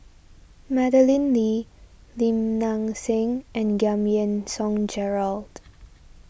Madeleine Lee Lim Nang Seng and Giam Yean Song Gerald